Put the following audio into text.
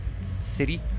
city